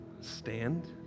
Stand